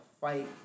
fight